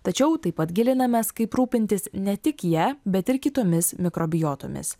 tačiau taip pat gilinamės kaip rūpintis ne tik ja bet ir kitomis mikrobiotomis